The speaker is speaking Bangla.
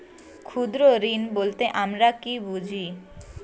ক্ষুদ্র ঋণ বলতে আমরা কি বুঝি?